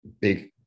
big